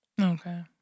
okay